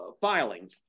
filing